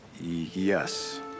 yes